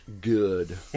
good